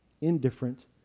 indifferent